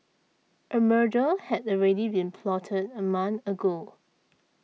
a murder had already been plotted a month ago